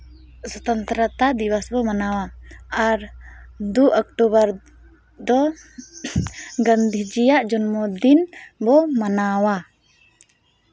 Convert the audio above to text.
ᱥᱚᱛᱚᱱᱛᱨᱟ ᱫᱤᱵᱚᱥ ᱵᱚ ᱢᱟᱱᱟᱣᱟ ᱟᱨ ᱫᱩ ᱚᱠᱴᱳᱵᱚᱨ ᱫᱚ ᱜᱟᱹᱱᱫᱷᱤᱡᱤᱭᱟᱜ ᱡᱚᱱᱢᱚ ᱫᱤᱱ ᱵᱚ ᱢᱟᱱᱟᱣᱟ